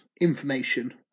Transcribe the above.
information